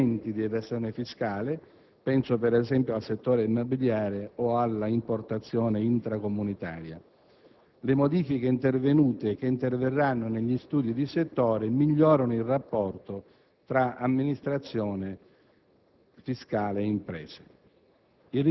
alcuni dei canali più evidenti di evasione fiscale, penso per esempio al settore immobiliare o all'importazione intracomunitaria; le modifiche intervenute e che interverranno negli studi di settore migliorano il rapporto tra amministrazione